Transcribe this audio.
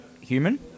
human